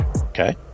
Okay